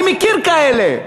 אני מכיר כאלה.